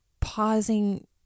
pausing